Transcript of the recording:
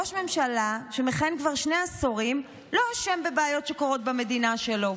ראש ממשלה שמכהן כבר שני עשורים לא אשם בבעיות שקורות במדינה שלו.